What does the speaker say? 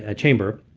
ah chamber,